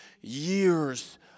years